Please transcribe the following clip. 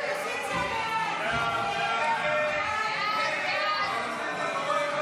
ההצעה להעביר לוועדה